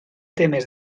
temes